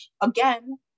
Again